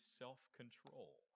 self-control